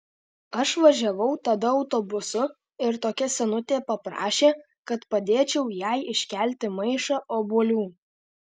aš važiavau tada autobusu ir tokia senutė paprašė kad padėčiau jai iškelti maišą obuolių